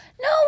No